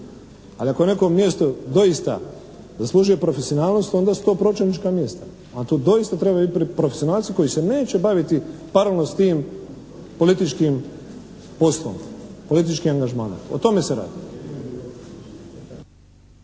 Ali ako je neko mjesto doista zaslužuje profesionalnost onda su to pročelnička mjesta. A tu doista trebaju biti profesionalci koji se neće baviti paralelno s tim političkim poslom, političkim angažmanom. O tome se radi.